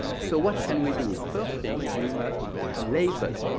so what can we do? first thing we must label